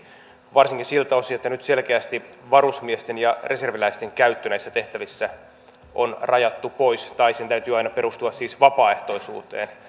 varsinkin siltä osin että nyt selkeästi varusmiesten ja reserviläisten käyttö näissä tehtävissä on rajattu pois tai sen täytyy aina siis perustua vapaaehtoisuuteen